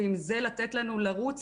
ועם זה לתת לנו לרוץ,